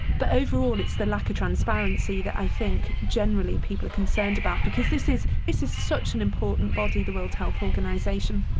but overall it's the lucky transparency that i think generally people are concerned about, because this is this is such an important body, the world health organisation,